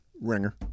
Ringer